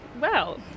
wow